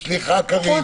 סליחה, קארין.